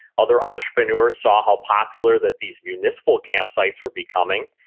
other entrepreneurs saw how popular that these municipal campsites were becoming,